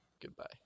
Goodbye